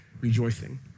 rejoicing